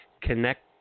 connect